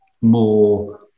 more